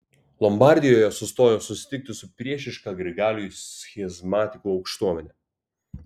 lombardijoje sustojo susitikti su priešiška grigaliui schizmatikų aukštuomene